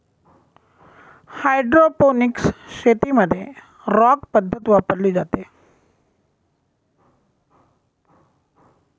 hydroponics शेतीमध्ये rock पद्धत वापरली जाते